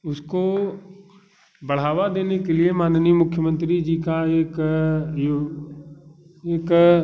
उसको बढ़ावा देने के लिए माननीय मुख्यमंत्री जी का एक यू एक